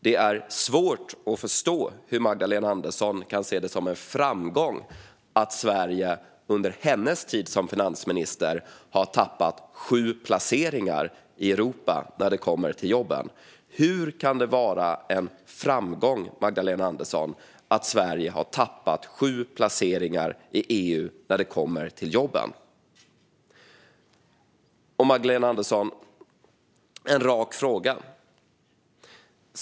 Det är svårt att förstå hur Magdalena Andersson kan se det som en framgång att Sverige under hennes tid som finansminister har tappat sju placeringar i Europa när det kommer till jobben. Hur kan det vara en framgång att Sverige har tappat sju placeringar i EU när det kommer till jobben? Låt mig ställa en rak fråga till dig, Magdalena Andersson.